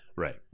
Right